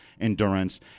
endurance